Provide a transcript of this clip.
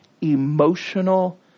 emotional